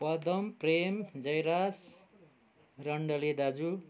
पदम प्रेम जयराज रन्डले दाजु